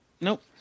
Nope